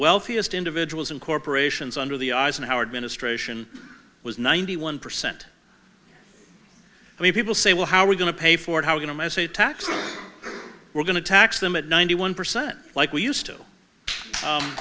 wealthiest individuals and corporations under the eisenhower administration was ninety one percent i mean people say well how are we going to pay for it how can a mess a tax and we're going to tax them at ninety one percent like we used to